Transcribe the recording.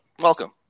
welcome